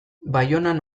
baionan